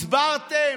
הסברתם?